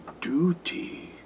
duty